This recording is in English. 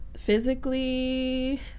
Physically